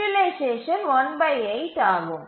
utilisation ஆகும்